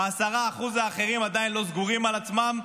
ה-10% האחרים עדיין לא סגורים על עצמם,